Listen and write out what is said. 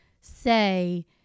say